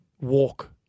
walk